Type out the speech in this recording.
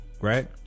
Right